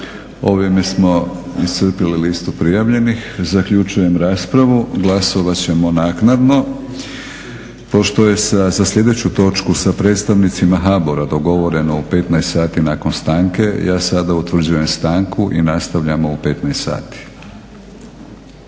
Ovime smo iscrpili listu prijavljenih. Zaključujem raspravu. Glasovat ćemo naknadno. Pošto je za sljedeću točko sa predstavnicima HBOR-a dogovoreno u 15,00 sati nakon stanke, ja sada utvrđujem stanku i nastavljamo u 15,00 sati.